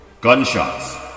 gunshots